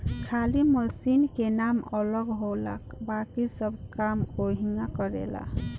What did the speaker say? खाली मशीन के नाम अलग होला बाकिर सब काम ओहीग करेला